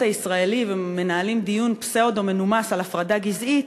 הישראלי ומנהלים דיון פסאודו-מנומס על הפרדה גזעית,